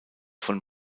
von